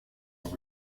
were